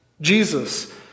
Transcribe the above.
Jesus